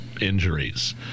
injuries